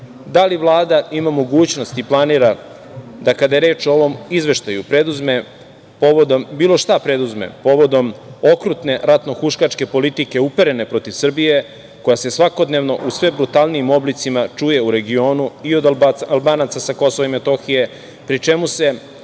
da li Vlada ima mogućnost i planira da kada je reč o ovom izveštaju preduzme bilo šta povodom okrutne ratnohuškačke politike uperene protiv Srbije koja se svakodnevno u sve brutalnijim oblicima čuje u regionu i od Albanaca sa Kosova i Metohije, pri čemu se